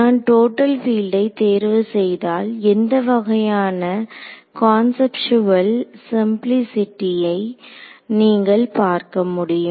நான் டோட்டல் பீல்ட்டை தேர்வு செய்தால் எந்த வகையான கான்செப்ட்சுவல் சிம்ப்ளிஸிட்டியை நீங்கள் பார்க்க முடியும்